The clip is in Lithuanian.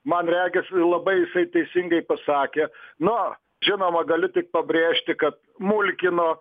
man regis labai jisai teisingai pasakė na žinoma galiu tik pabrėžti kad mulkino